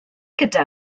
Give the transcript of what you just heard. gyda